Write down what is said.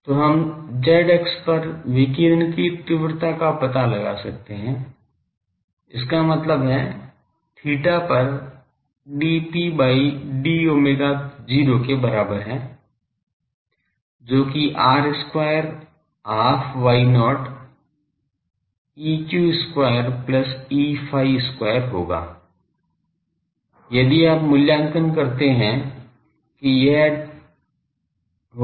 तो हम z अक्ष पर विकिरण की तीव्रता का पता लगा सकते हैं इसका मतलब है theta पर dP by d omega 0 के बराबर है जो कि r square half y0 Eq square plus Eϕ square होगा यदि आप मूल्यांकन करते हैं कि यह होगा